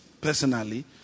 personally